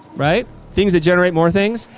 right. things that generate more things.